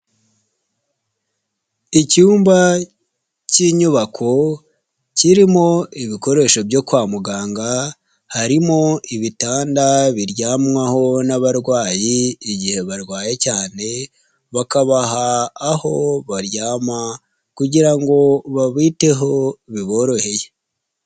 Icyumba cy'inyubako kirimo ibikoresho byo kwa muganga harimo ibitanda biryamwaho n'abarwayi igihe barwaye cyane bakabaha aho baryama kugira ngo babiteho biboroheye.